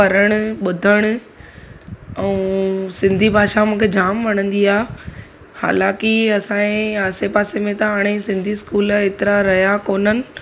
पढ़ण ॿुधण ऐं सिंधी भाषा मूंखे जाम वणंदी आहे हालांकी असांजे आसे पासे में त हाणे सिंधी स्कूल एतिरा रहिया कोन आहिनि